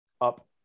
up